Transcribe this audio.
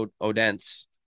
Odense